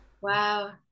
Wow